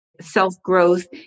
self-growth